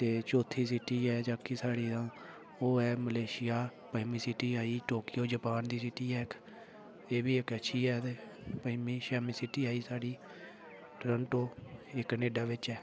ते चौथी सिटी ऐ जेह्की साढ़ी ओह् ऐ मलेशिया पंञमी सिटी आई टोक्यो जपान दी सिटी ऐ इक एह् बी इक अच्छी ऐ ते पंञमी छेमीं सिटी आई साढ़ी ट्रन्टो एह् कनेडा बिच ऐ